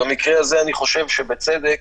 במקרה הזה אני חושב שבצדק